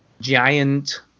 giant